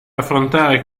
affrontare